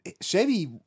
Chevy